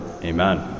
Amen